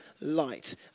light